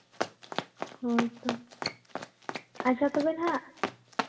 ᱦᱳᱭ ᱛᱚ ᱟᱪᱪᱷᱟ ᱛᱚᱵᱮ ᱱᱟᱦᱟᱸᱜ